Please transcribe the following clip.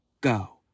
go